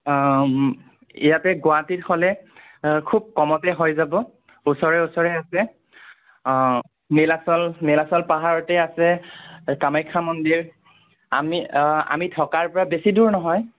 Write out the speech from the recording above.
ইয়াতে গুৱাহাটীত হ'লে খুব কমতে হৈ যাব ওচৰে ওচৰে আছে নীলাচল নীলাচল পাহাৰতে আছে কামাখ্যা মন্দিৰ আমি আমি থকাৰ পৰা বেছি দূৰ নহয়